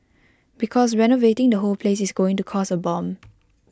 because renovating the whole place is going to cost A bomb